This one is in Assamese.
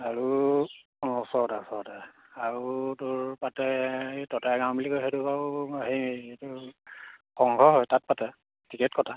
আৰু অঁ ওচৰতে ওচৰতে আৰু তোৰ পাতে এই ততায় গাঁও বুলি কয় সেইটো বাৰু হেৰি এইটো সংঘৰ হয় তাত পাতে টিকেট কটা